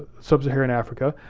sub-saharan africa.